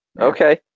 okay